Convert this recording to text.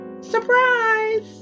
Surprise